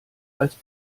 als